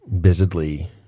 busily